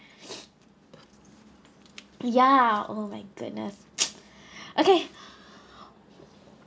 ya oh my goodness okay